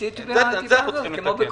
תודה,